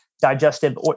digestive